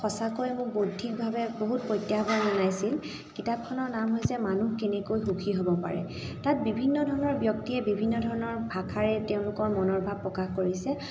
সঁচাকৈ মোক বৌদ্ধিকভাৱে বহুত প্ৰত্যাহ্বান জনাইছিল কিতাপখনৰ নাম হৈছে মানুহ কেনেকৈ সুখী হ'ব পাৰে তাত বিভিন্ন ধৰণৰ ব্যক্তিয়ে বিভিন্ন ধৰণৰ ভাষাৰে তেওঁলোকৰ মনৰ ভাৱ প্ৰকাশ কৰিছে